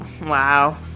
Wow